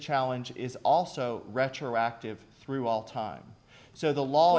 challenge is also retroactive through all time so the law